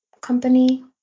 company